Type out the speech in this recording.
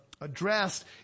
addressed